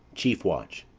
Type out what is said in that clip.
chief watch.